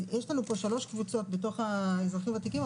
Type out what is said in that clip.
יש לנו פה שלוש קבוצות בתוך האזרחים הוותיקים,